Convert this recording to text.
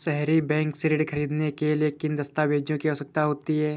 सहरी बैंक से ऋण ख़रीदने के लिए किन दस्तावेजों की आवश्यकता होती है?